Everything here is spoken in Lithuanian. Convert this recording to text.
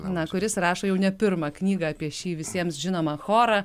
na kuris rašo jau ne pirmą knygą apie šį visiems žinomą chorą